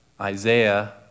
Isaiah